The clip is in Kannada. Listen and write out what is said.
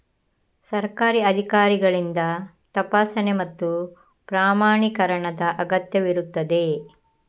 ಸರ್ಕಾರಿ ಅಧಿಕಾರಿಗಳಿಂದ ತಪಾಸಣೆ ಮತ್ತು ಪ್ರಮಾಣೀಕರಣದ ಅಗತ್ಯವಿರುತ್ತದೆ